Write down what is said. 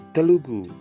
Telugu